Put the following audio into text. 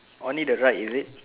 only the right is it